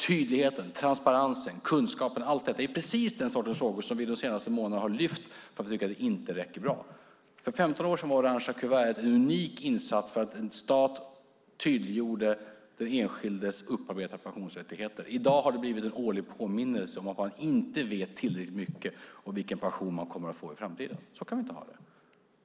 Tydligheten, transparensen, kunskaperna - allt detta är precis den sortens frågor som vi de senaste månaderna har lyft fram för att vi tycker att det inte räcker. För 15 år sedan var det orangea kuvertet en unik insats. Staten tydliggjorde den enskildes upparbetade pensionsrättigheter. I dag har det blivit en årlig påminnelse om att man inte vet tillräckligt mycket om vilken pension man kommer att få i framtiden. Så kan vi inte ha det.